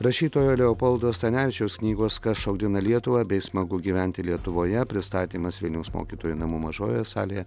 rašytojo leopoldo stanevičiaus knygos kas šokdina lietuvą bei smagu gyventi lietuvoje pristatymas vilniaus mokytojų namų mažojoje salėje